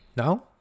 No